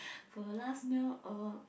for the last meal uh